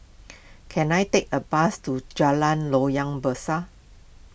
can I take a bus to Jalan Loyang Besar